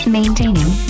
Maintaining